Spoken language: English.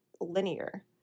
linear